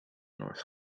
north